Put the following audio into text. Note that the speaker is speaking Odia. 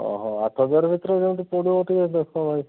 ଆଠ ହଜାର ଭିତରେ ଯେମିତି ପଡ଼ିବ ଟିକେ ଦେଖ ଭାଇ